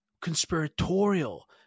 conspiratorial